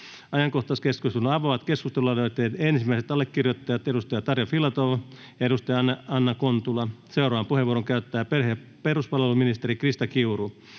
Ajankohtaiskeskustelun avaavat keskustelualoitteiden ensimmäiset allekirjoittajat edustaja Tarja Filatov ja edustaja Anna Kontula. Seuraavan puheenvuoron käyttää perhe- ja peruspalveluministeri Krista Kiuru.